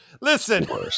Listen